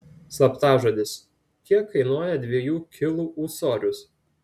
slaptažodis kiek kainuoja dviejų kilų ūsorius